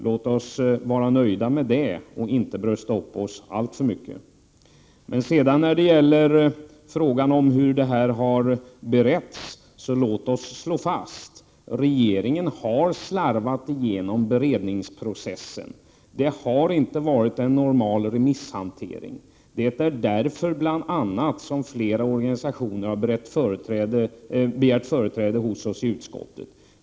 Låt oss vara nöjda med detta och inte brösta oss alltför mycket. Låt oss också slå fast att regeringen har slarvat sig igenom beredningen av denna fråga. Det har inte skett något normalt remissförfarande. Det är bl.a. därför som flera organisationer har begärt företräde hos oss i utskottet.